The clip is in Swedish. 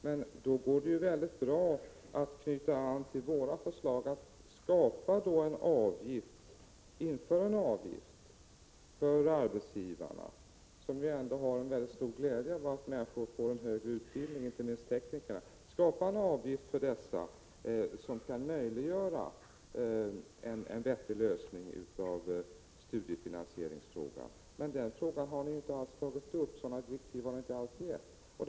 Men då går det ju väldigt bra att knyta an till våra förslag att man skall införa en avgift för arbetsgivarna, som ändå har en väldigt stor glädje av att människor får en högre utbildning. Detta gäller inte minst teknikerna. Inför en avgift för arbetsgivarna som möjliggör en vettig lösning av studiefinansieringsfrågan! Men detta har ni inte alls tagit upp — sådana direktiv har ni inte givit.